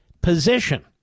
position